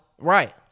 Right